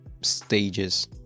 stages